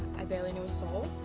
i barely know soul.